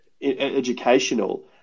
educational